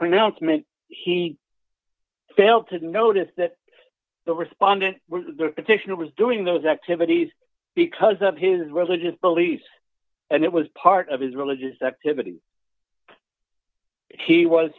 pronouncement he failed to notice that the respondent petition was doing those activities because of his religious beliefs and it was part of his religious activity he was